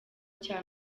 cya